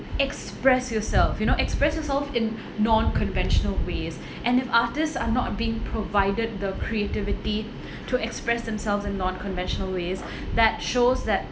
express yourself you know express yourself in non conventional ways and if artists are not being provided the creativity to express themselves in non conventional ways that shows that